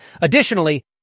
Additionally